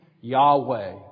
Yahweh